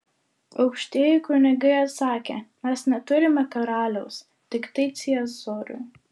aukštieji kunigai atsakė mes neturime karaliaus tiktai ciesorių